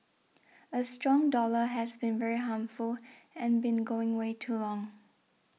a strong dollar has been very harmful and been going way too long